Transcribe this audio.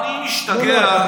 אני משתגע,